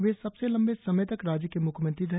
वे सबसे लम्बे समय तक राज्य के म्ख्यमंत्री रहे